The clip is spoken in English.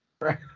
right